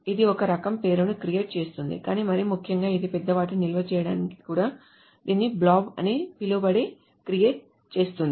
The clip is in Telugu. ఇది ఒక రకం పేరును క్రియేట్ చేస్తుంది కానీ మరీ ముఖ్యంగా ఇది పెద్ద వాటిని నిల్వ చేయడానికి కూడా ఇది blob అని పిలువబడేదాన్ని క్రియేట్ చేస్తుంది